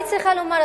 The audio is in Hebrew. אני צריכה לומר,